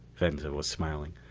venza was smiling.